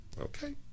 Okay